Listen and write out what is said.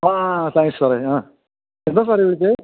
ആ താങ്ക്സ് സാറേ ആ എന്താണ് സാറേ വിളിച്ചത്